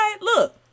look